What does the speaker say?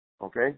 okay